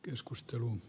keskustelu